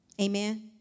Amen